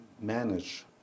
manage